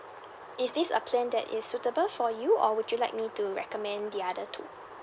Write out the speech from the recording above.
is this a plan that is suitable for you or would you like me to recommend the other two